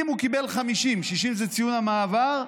אם הוא קיבל 50, 60 זה ציון המעבר,